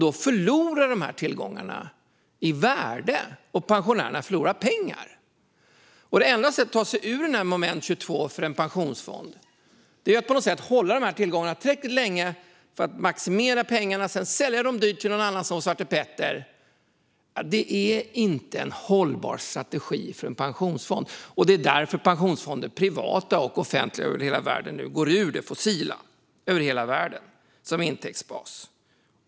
Då förlorar dessa tillgångar i värde, och pensionärerna förlorar pengar. Det enda sättet att ta sig ur detta moment 22 för en pensionsfond är att på något sätt hålla dessa tillgångar tillräckligt länge för att maximera pengarna och sedan sälja dem dyrt till någon annan, som svartepetter. Det är inte en hållbar strategi för en pensionsfond. Det är därför pensionsfonder, privata och offentliga, över hela världen nu går ur det fossila som intäktsbas.